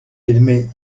edme